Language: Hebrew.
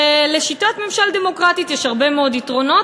לשיטת ממשל דמוקרטית יש הרבה מאוד יתרונות,